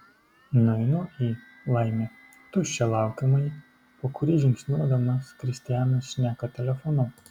nueinu į laimė tuščią laukiamąjį po kurį žingsniuodamas kristianas šneka telefonu